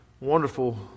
wonderful